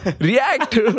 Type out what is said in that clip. react